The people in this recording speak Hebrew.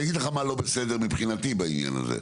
אגיד לך מה לא בסדר מבחינתי בעניין הזה: